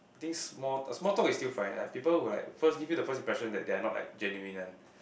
I think small a small talk is still fine people who like first give you the first impression that they are not like genuine one